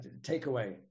takeaway